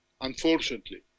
unfortunately